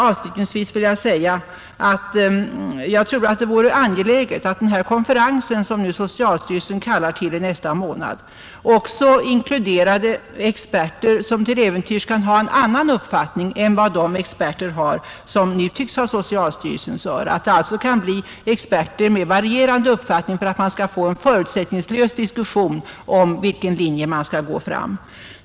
Avslutningsvis vill jag säga att det är angeläget att den konferens som socialstyrelsen kallar till i nästa månad också inkluderar experter som till äventyrs kan ha en annan uppfattning än vad de experter har som nu tycks ha socialstyrelsens öra, att det alltså kan bli experter med varierande uppfattningar, för att man skall kunna få en förutsättningslös diskussion om på vilken linje man skall gå fram.